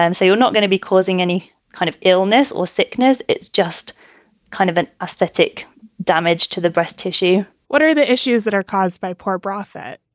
and so you're not going to be causing any kind of illness or sickness. it's just kind of an aesthetic damage to the breast tissue what are the issues that are caused by poor profit?